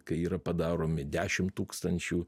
kai yra padaromi dešim tūkstančių